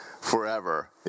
forever